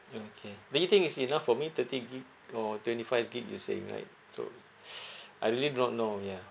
okay do you think is enough for me thirty gigabyte or twenty five gigabyte you saying right so I really do not know ya